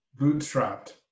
Bootstrapped